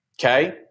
Okay